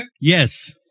Yes